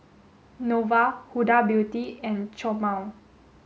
Nova Huda Beauty and Chomel